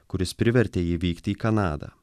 kuris privertė jį vykti į kanadą